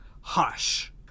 Hush